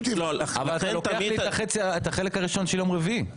לכן תמיד --- אבל אתה לוקח את החלק הראשון של יום רביעי.